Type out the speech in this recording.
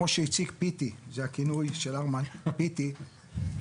כמו שהציג פיטי זה הכינוי של ארמן אין